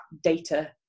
data